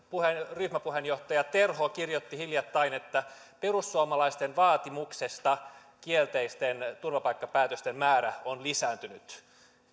ryhmäpuheenjohtaja terho kirjoitti hiljattain että perussuomalaisten vaatimuksesta kielteisten turvapaikkapäätösten määrä on lisääntynyt